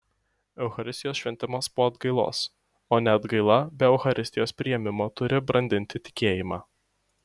eucharistijos šventimas po atgailos o ne atgaila be eucharistijos priėmimo turi brandinti tikėjimą